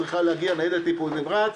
צריכה להגיע ניידת טיפול נמרץ,